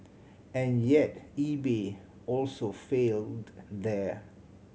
and yet eBay also failed there